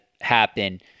happen